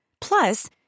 Plus